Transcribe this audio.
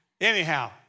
Anyhow